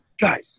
guys